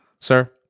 sir